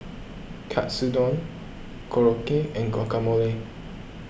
Katsudon Korokke and Guacamole